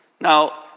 Now